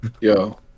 Yo